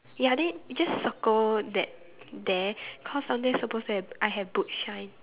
ya then just circle that there cause down there supposed to have I have boot shine